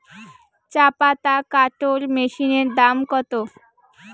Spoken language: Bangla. চাপাতা কাটর মেশিনের দাম কত?